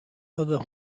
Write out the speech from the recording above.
other